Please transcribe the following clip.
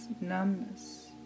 numbness